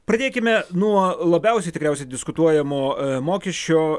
pradėkime nuo labiausiai tikriausiai diskutuojamo mokesčio